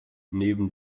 neben